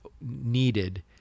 needed